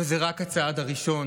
אבל זה רק הצעד הראשון.